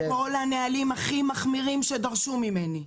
כל הנהלים הכי מחמירים שדרשו ממני,